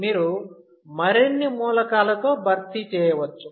మీరు మరిన్ని మూలకాలతో భర్తీ చేయవచ్చు